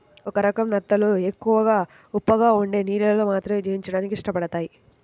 ఒక రకం నత్తలు ఎక్కువ ఉప్పగా ఉండే నీళ్ళల్లో మాత్రమే జీవించడానికి ఇష్టపడతయ్